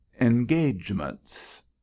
engagements